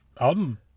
album